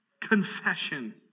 confession